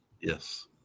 Yes